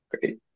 Great